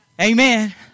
Amen